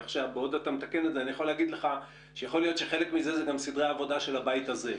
זה עקב סדרי העבודה של הכנסת.